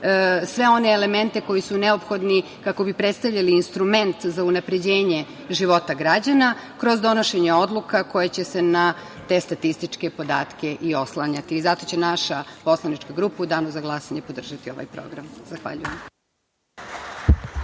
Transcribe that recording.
sve one elementi koji su neophodni kako bi predstavljali instrument za unapređenje života građana kroz donošenje odluka koje će se na te statističke podatke i oslanjati. Zato će naša poslanička grupa u danu za glasanje podržati ovaj Program. Zahvaljujem.